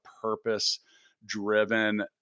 purpose-driven